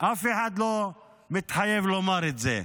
אף אחד לא מתחייב לומר את זה.